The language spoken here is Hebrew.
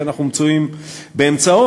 שאנחנו מצויים באמצעו,